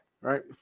right